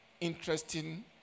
interesting